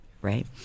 right